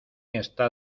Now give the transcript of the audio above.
está